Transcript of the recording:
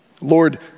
Lord